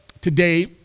today